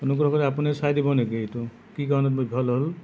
অনুগ্ৰহ কৰি আপুনি চাই দিব নেকি এইটো কি কাৰণে বিফল হ'ল